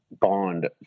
bond